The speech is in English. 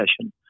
session